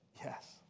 Yes